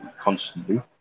constantly